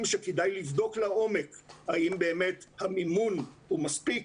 שכדאי לבדוק לעומק האם באמת המימון הוא מספיק,